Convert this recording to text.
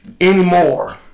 anymore